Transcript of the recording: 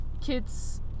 kids